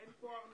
אין פה ארנונה,